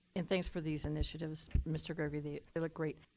and thanks for these initiatives, mr. gurvey. they look great.